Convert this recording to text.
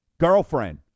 girlfriend